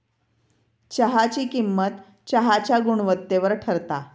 चहाची किंमत चहाच्या गुणवत्तेवर ठरता